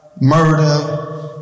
murder